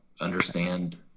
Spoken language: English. understand